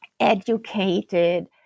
educated